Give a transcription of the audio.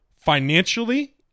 financially